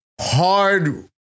hard